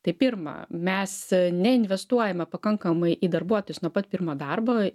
tai pirma mes neinvestuojame pakankamai į darbuotojus nuo pat pirmo darbo